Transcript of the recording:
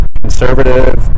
conservative